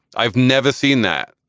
i've never seen that.